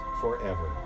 forever